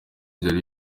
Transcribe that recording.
byari